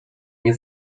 nie